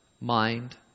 mind